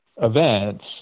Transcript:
events